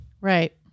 right